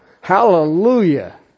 Hallelujah